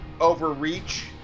overreach